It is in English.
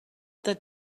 that